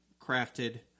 crafted